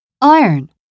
Iron